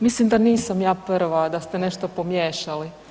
Mislim da nisam ja prva, da ste nešto pomiješali.